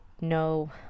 no